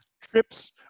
Trips